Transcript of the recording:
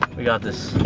we got this.